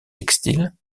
textiles